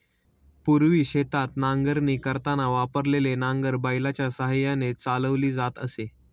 पूर्वी शेतात नांगरणी करताना वापरलेले नांगर बैलाच्या साहाय्याने चालवली जात असे